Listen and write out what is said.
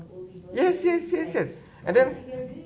yes yes yes yes and then